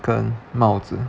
跟帽子